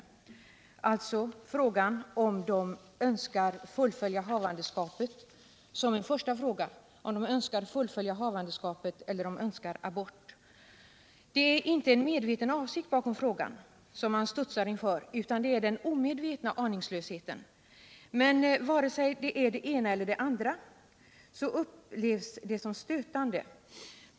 Det är alltså frågan rutinmässigt ställd om de önskar fullfölja havandeskapet eller om de önskar abort. Det är inte en medveten avsikt bakom frågan som man studsar inför, utan det är den omedvetna aningslösheten. Vare sig det är det ena eller det andra upplevs det som stötande.